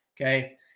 okay